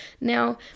now